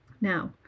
now